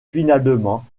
finalement